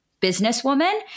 businesswoman